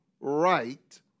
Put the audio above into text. right